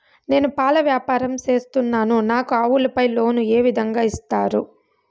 నేను పాల వ్యాపారం సేస్తున్నాను, నాకు ఆవులపై లోను ఏ విధంగా ఇస్తారు